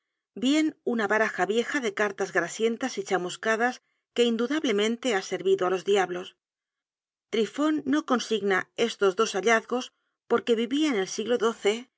bien una baraja vieja de cartas grasientas y chamuscadas que indudablemente ha servido á los diablos trifon no consigna estos dos hallazgos porque vivia en el siglo